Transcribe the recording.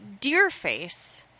Deerface